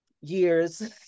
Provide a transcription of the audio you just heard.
years